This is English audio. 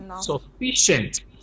sufficient